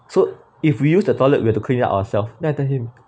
so if we use the toilet we have to clean it up ourself then I tell him